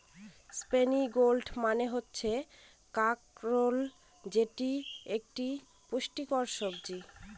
spiny gourd মানে হচ্ছে কাঁকরোল যেটি একটি পুষ্টিকর সবজি